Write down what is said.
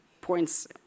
points